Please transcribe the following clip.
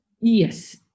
Yes